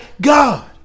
God